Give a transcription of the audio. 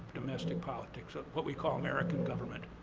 domestic politics, ah what we call american government.